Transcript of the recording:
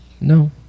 No